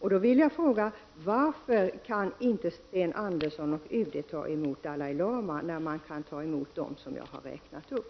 Jag vill då fråga: Varför kan inte Sten Andersson och UD ta emot Dalai Lama när man kan ta emot dem jag har räknat upp?